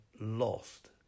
lost